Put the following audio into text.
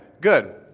good